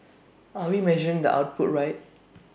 are we measuring the output right